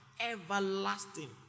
Everlasting